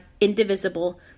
indivisible